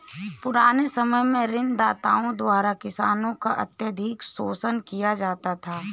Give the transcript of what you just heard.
पुराने समय में ऋणदाताओं द्वारा किसानों का अत्यधिक शोषण किया जाता था